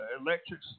electric